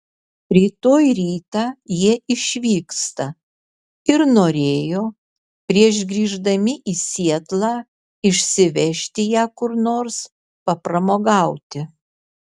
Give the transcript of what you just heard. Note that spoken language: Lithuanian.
rytoj rytą jie išvyksta ir norėjo prieš grįždami į sietlą išsivežti ją kur nors papramogauti